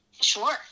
Sure